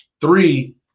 Three